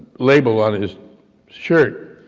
label on his shirt,